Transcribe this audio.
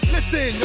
Listen